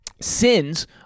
sins